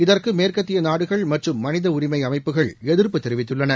இதற்கு மேற்கத்திய நாடுகள் மற்றும் மனித உரிமை அமைப்புகள் எதிர்ப்பு தெரிவித்துள்ளன